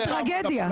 טרגדיה.